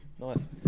Nice